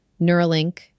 Neuralink